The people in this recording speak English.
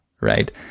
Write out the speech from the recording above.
right